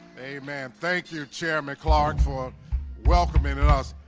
a man thank you chairman clark for welcoming us.